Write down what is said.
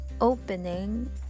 opening